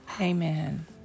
Amen